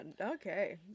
Okay